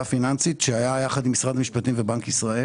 פיננסית שפעלה יחד עם משרד המשפטים ועם בנק ישראל